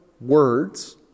words